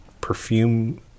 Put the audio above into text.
perfume